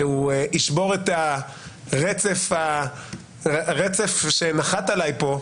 שהוא ישבור את הרצף שנחת עליי פה,